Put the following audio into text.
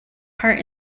part